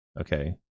okay